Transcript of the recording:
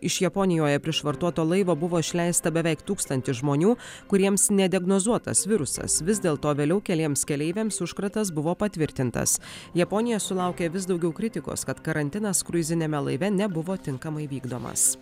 iš japonijoje prišvartuoto laivo buvo išleista beveik tūkstantis žmonių kuriems nediagnozuotas virusas vis dėlto vėliau keliems keleiviams užkratas buvo patvirtintas japonija sulaukia vis daugiau kritikos kad karantinas kruiziniame laive nebuvo tinkamai vykdomas